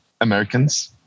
Americans